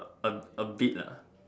a a bit lah